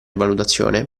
valutazione